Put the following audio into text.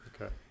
Okay